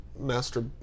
Master